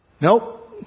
Nope